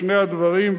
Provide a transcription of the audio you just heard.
שני הדברים,